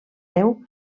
déu